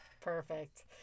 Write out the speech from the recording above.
Perfect